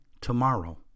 tomorrow